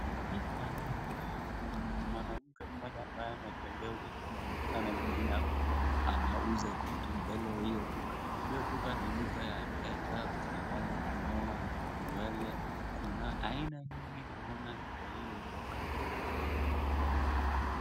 Picha naona mwanamke mmoja ambaye anatembea, huku kuna mvulana mwingine hapo anauza vitu mbele ya hiyo duka. Hiyo duka ni duka ya mpesa, kuna mahali ya kunyoa nywele, kuna aina nyingi naona kwa hiyo duka.